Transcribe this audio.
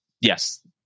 Yes